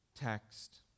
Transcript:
text